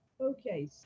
Okay